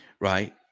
right